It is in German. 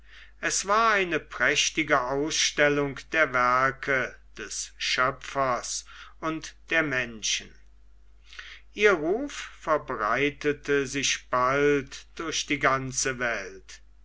es war eine prächtige ausstellung der werke des schöpfers und des menschen ihr ruf verbreitete sich bald durch die ganze welt